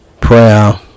Prayer